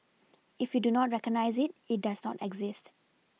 if you do not recognise it it does not exist